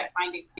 finding